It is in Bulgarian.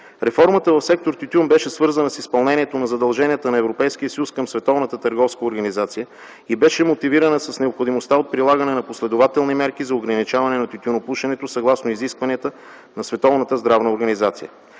Реформата в сектор „Тютюн” беше свързана с изпълнението на задълженията на Европейския съюз към Световната търговска организация и беше мотивирана с необходимостта от прилагане на последователни мерки за ограничаване на тютюнопушенето, съгласно изискванията на